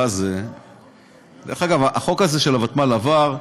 דרך אגב, החוק הזה, של הוותמ"ל, עבר,